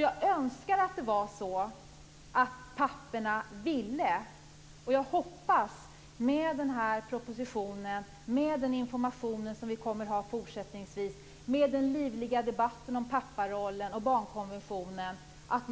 Jag önskar att det var så att papporna ville. Jag hoppas att vi med den här propositionen, med den information som vi kommer att bedriva fortsättningsvis, med den livliga debatten om papparollen och med barnkonventionen